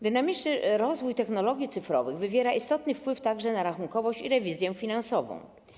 Dynamiczny rozwój technologii cyfrowych wywiera istotny wpływ także na rachunkowość i rewizję finansową.